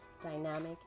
dynamic